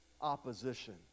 opposition